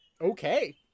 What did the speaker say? Okay